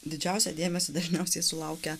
didžiausią dėmesį dažniausiai sulaukia